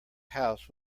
house